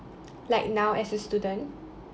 like now as a student